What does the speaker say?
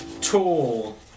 tall